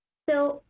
so,